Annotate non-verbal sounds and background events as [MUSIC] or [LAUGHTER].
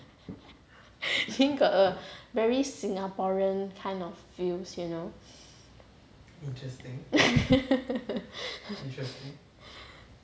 then got a very singaporean kind of feel you know [LAUGHS]